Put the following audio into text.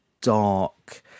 dark